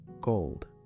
gold